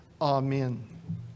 Amen